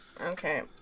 Okay